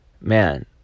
man